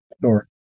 Sure